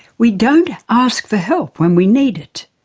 we don't ask for help when we need it.